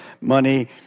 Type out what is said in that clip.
money